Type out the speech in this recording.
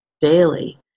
daily